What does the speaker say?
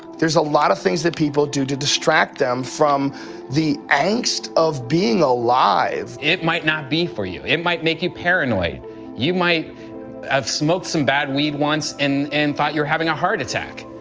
there's a lot of things that people do to distract them from the angst of being alive. it might not be for you, it might make you paranoid you might have smoked some bad weed once and and thought you were having a heart attack.